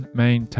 main